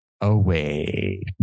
away